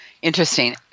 Interesting